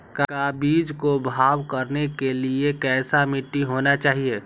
का बीज को भाव करने के लिए कैसा मिट्टी होना चाहिए?